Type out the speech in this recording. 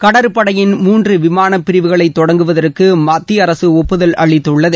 கடற்படையின் மூன்று விமானப் பிரிவுகளை தொடங்குவதற்கு மத்திய அரசு ஒப்புதல் அளித்துள்ளது